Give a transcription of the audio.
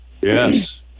Yes